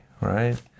right